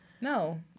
No